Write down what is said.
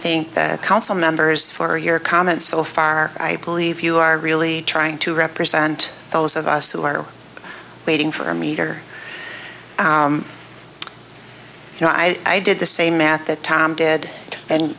thank the council members for your comments so far i believe you are really trying to represent those of us who are waiting for me here you know i did the same math that tom did and